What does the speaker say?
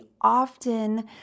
often